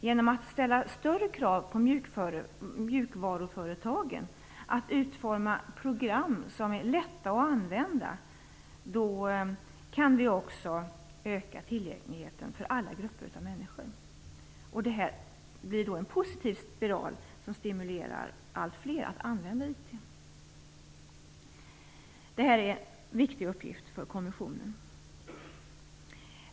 Genom att ställa större krav på mjukvaruföretagen att utforma program som är lätta att använda kan vi också öka tillgängligheten för grupper av människor. Det blir en positiv spiral som stimulerar allt fler att använda IT. Det är en viktig uppgift för kommissionen.